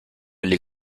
les